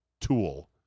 tool